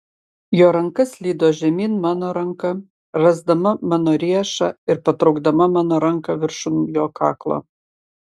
jo ranka slydo žemyn mano ranką rasdama mano riešą ir patraukdama mano ranką viršun jo kaklo